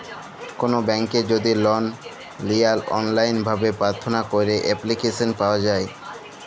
call ব্যাংকে যদি লল লিয়ার অললাইল ভাবে পার্থনা ক্যইরে এপ্লিক্যাসল পাউয়া